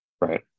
Right